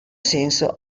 senso